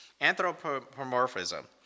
Anthropomorphism